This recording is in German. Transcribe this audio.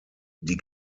die